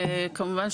כמובן,